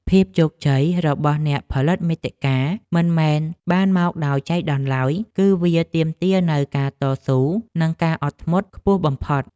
ភាពជោគជ័យរបស់អ្នកផលិតមាតិកាមិនមែនបានមកដោយចៃដន្យឡើយ គឺវាទាមទារនូវការតស៊ូនិងការអត់ធ្មត់ខ្ពស់បំផុត។